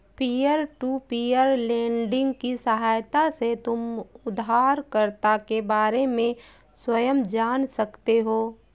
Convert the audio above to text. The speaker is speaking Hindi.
पीयर टू पीयर लेंडिंग की सहायता से तुम उधारकर्ता के बारे में स्वयं जान सकते हो